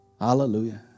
Hallelujah